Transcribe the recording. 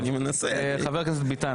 חבר הכנסת ביטן,